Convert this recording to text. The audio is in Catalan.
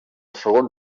segon